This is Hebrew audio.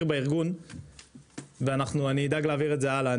בארגון ואני אדאג להעביר את זה הלאה.